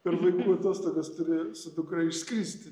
per vaikų atostogas turi su dukra išskristi